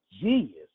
genius